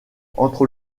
entre